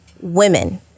Women